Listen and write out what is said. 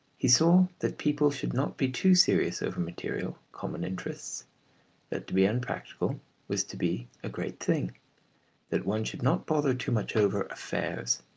he saw that people should not be too serious over material, common interests that to be unpractical was to be a great thing that one should not bother too much over affairs.